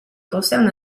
concernent